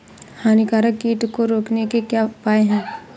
हानिकारक कीट को रोकने के क्या उपाय हैं?